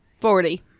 Forty